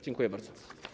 Dziękuję bardzo.